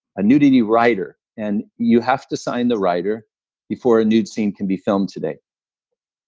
a nudity rider. and you have to sign the rider before a nude scene can be filmed today.